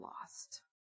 lost